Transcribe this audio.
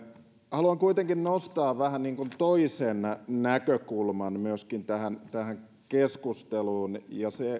haluan kuitenkin nostaa vähän toisen näkökulman myöskin tähän tähän keskusteluun ja se